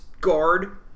Guard